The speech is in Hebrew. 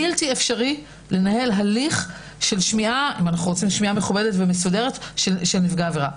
בלתי אפשרי לנהל הליך של שמיעה מכובדת ומסודרת של נפגע העבירה.